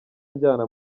anjyana